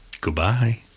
Goodbye